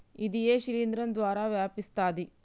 ఇది ఏ శిలింద్రం ద్వారా వ్యాపిస్తది?